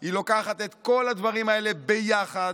היא לוקחת את כל הדברים האלה ביחד,